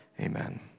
Amen